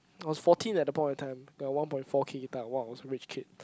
I was fourteen at the point of time ya one point four K guitar !wow! I was a rich kid